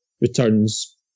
returns